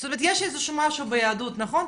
זאת אומרת, יש איזה משהו ביהדות, נכון?